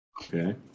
Okay